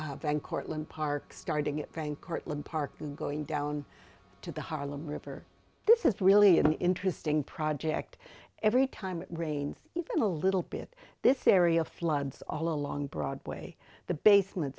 appear on cortlandt park starting at frank cortlandt park and going down to the harlem river this is really an interesting project every time it rains even a little bit this area floods all along broadway the basement